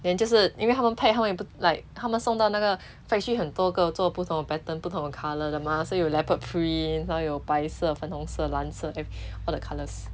then 就是因为他们 pack 他们也 bu~ like 他们送到那个 factory 很多个做不同的 pattern 不同的 colour 的 mah 所以有 leopard print 还有白色粉红色蓝色 and all the colours